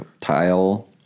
tile